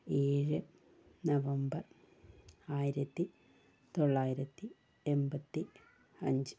ഏഴ് നവംബർ ആയിരത്തിതൊള്ളായിരത്തി എൺപത്തിഅഞ്ച്